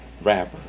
rapper